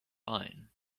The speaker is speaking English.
fine